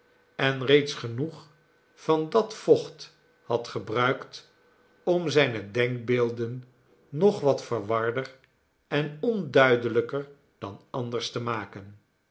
en reeds genoeg van dat vocht had gebruikt om zijne denkbeelden nog wat verwarder en onduidelijker dan anders te maken